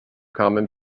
common